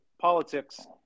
politics